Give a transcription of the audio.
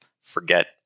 forget